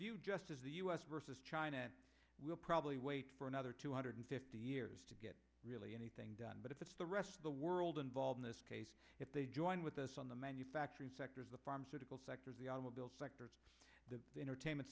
viewed just as the u s versus china will probably wait for another two hundred fifty years to get really anything done but if it's the rest of the world involved in this case if they join with us on the manufacturing sectors the pharmaceutical sectors the automobile sector the entertainment